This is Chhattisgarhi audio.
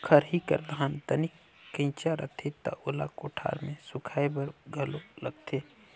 खरही कर धान तनिक कइंचा रथे त ओला कोठार मे सुखाए बर घलो लगथे